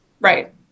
Right